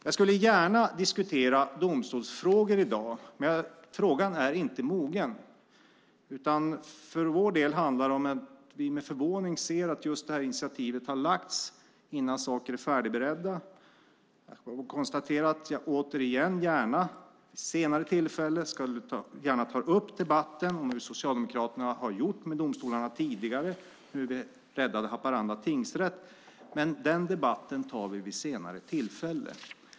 Jag skulle gärna diskutera domstolsfrågor i dag. Men frågan är inte mogen. För vår del handlar det om att vi med förvåning ser att det här initiativet har tagits innan saker är färdigberedda. Jag konstaterar att jag vid senare tillfälle gärna tar upp debatten om hur Socialdemokraterna har gjort med domstolarna tidigare och hur vi räddade Haparanda tingsrätt. Men den debatten tar vi vid senare tillfälle.